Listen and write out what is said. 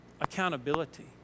accountability